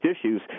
issues